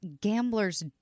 Gambler's